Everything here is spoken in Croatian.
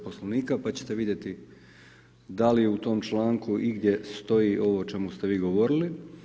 Poslovnika pa ćete vidjeti da li u tom članku igdje stoji ovo o čemu ste vi govorili.